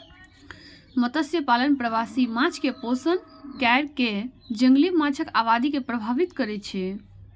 मत्स्यपालन प्रवासी माछ कें पोषण कैर कें जंगली माछक आबादी के प्रभावित करै छै